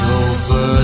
over